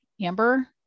amber